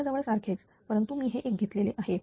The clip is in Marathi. जवळजवळ सारखेच परंतु मी हे एक घेतलेले आहे